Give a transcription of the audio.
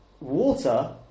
water